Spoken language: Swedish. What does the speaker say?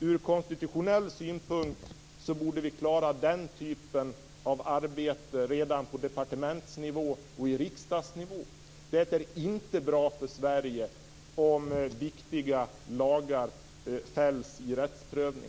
Ur konstitutionell synpunkt borde vi klara den typen av arbete redan på departementsnivå och på riksdagsnivå. Det är inte bra för Sverige om viktiga lagar fälls i rättsprövning.